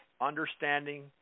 understanding